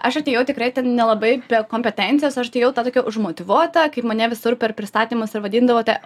aš atėjau tikrai ten nelabai kompetencijos aš atėjau ta tokia užmotyvuota kaip mane visur per pristatymus ir vadindavo te